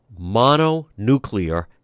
mononuclear